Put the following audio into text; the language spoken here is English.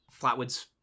flatwoods